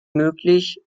möglich